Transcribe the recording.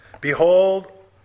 Behold